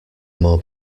more